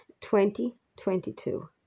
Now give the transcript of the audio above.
2022